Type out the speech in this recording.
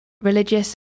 religious